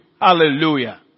Hallelujah